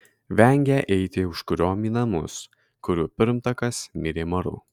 vengė eiti užkuriom į namus kurių pirmtakas mirė maru